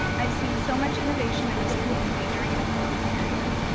i've seen so much innovation in this community during the covid period.